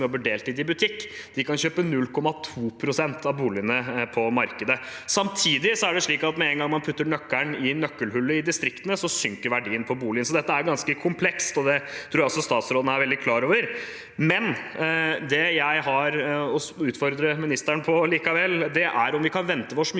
som jobber deltid i butikk, og de kan kjøpe 0,2 pst. av boligene på markedet. Samtidig er det slik at med en gang man putter nøkkelen i nøkkelhullet i distriktene, synker verdien på boligen. Så dette er ganske komplekst, og det tror jeg også statsråden er veldig klar over. Det jeg likevel vil utfordre ministeren på, er om vi kan vente oss mye